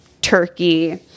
turkey